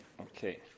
Okay